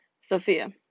Sophia